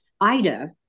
Ida